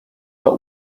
but